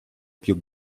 più